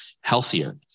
healthier